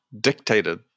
dictated